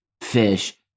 fish